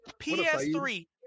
PS3